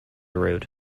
route